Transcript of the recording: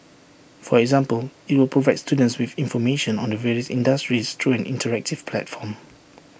for example IT will provide students with information on the various industries through an interactive platform